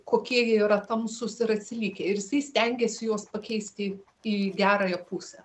kokie jie yra tamsūs ir atsilikę ir jisai stengėsi juos pakeisti į gerąją pusę